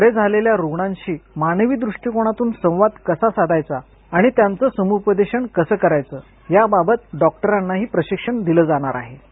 बरे झालेल्या रुग्णांशी मानवी दृष्टिकोनातून संवाद कसा साधायचा आणि त्यांचं समुपदेश कसं करायचं याबाबत डॉक्टरांनाही प्रशिक्षण दिले जाणार आहे